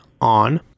on